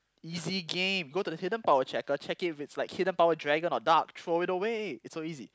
easy game go to the stadium power checker check it if it's like hidden power dragon or dark throw it away it's so easy